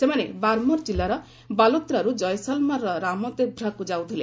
ସେମାନେ ବାରମର ଜିଲ୍ଲାର ବାଲୋଣ୍ଡାରୁ ଜୟସାଲମରର ରାମଦେଭ୍ରାକୁ ଯାଉଥିଲେ